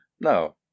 No